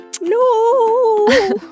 No